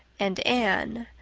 and anne,